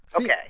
Okay